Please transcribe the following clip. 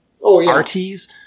RTs